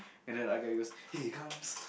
and then the other guy goes hey comes